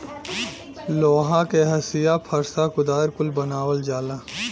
लोहा के हंसिआ फर्सा कुदार कुल बनावल जाला